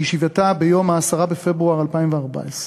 בישיבתה ביום 10 בפברואר 2014,